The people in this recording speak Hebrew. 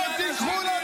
לא תיקחו לנו.